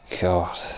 God